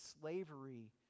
slavery